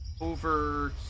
over